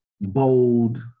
bold